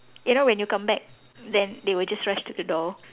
you know when you come back then they will just rush to the door